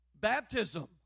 Baptism